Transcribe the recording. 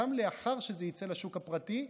גם לאחר שזה יצא לשוק הפרטי,